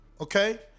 okay